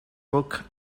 book